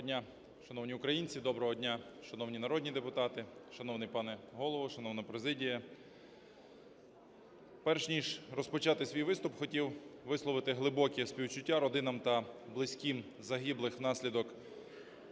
Доброго дня, шановні українці, доброго дня, шановні народні депутати, шановний пане Голово, шановна президія! Перш ніж розпочати свій виступ, хотів би висловити глибоке співчуття родинам та близьким загиблих внаслідок